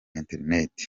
internet